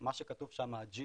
מה שכתוב שם, ה-G-SOC,